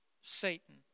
Satan